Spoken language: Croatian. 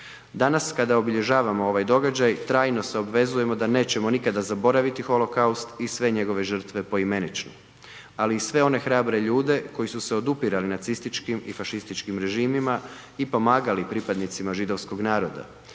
Danas kada obilježavamo ovaj događaj trajno se obvezujemo da nećemo nikada zaboraviti holokaust i sve njegove žrtve poimenično, ali i sve one hrabre ljude koji su odupirali nacističkim i fašističkim režimima i pomagali pripadnicima židovskog naroda